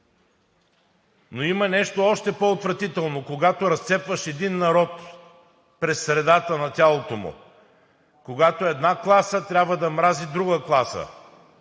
Но има нещо още по-отвратително – когато разцепваш един народ през средата на тялото му, когато една класа трябва да мрази друга класа.